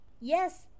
Yes